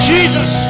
Jesus